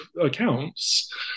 accounts